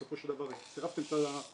בסופו של דבר צירפתם את הכתבה,